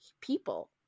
people